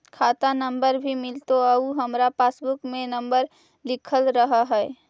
खाता नंबर भी मिलतै आउ हमरा पासबुक में नंबर लिखल रह है?